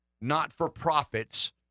not-for-profits